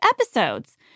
episodes